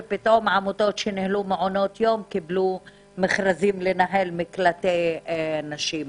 ופתאום עמותות שניהלו מעונות יום קיבלו מכרזים לנהל מקלטי נשים,